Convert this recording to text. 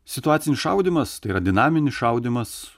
situacinis šaudymas tai yra dinaminis šaudymas